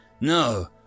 No